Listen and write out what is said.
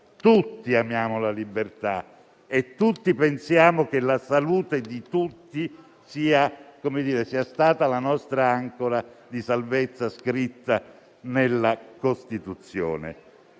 Tutti amiamo la libertà e tutti pensiamo che la salute di tutti sia stata la nostra ancora di salvezza, scritta nella Costituzione.